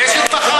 אבל יש את בחריין.